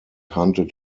hunted